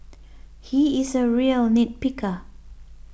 he is a real nit picker